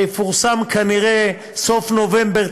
שיפורסם כנראה בסוף נובמבר,